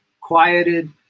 quieted